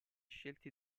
scelti